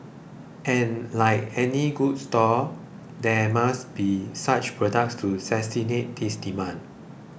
and like any good store there must be such products to satiate this demand